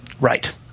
Right